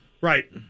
Right